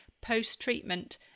post-treatment